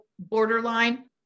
borderline